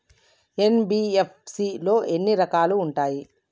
NBFC లో ఎన్ని రకాలు ఉంటాయి?